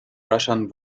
russian